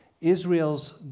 Israel's